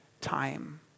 time